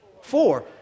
Four